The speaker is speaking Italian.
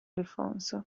alfonso